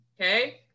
okay